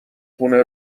خونه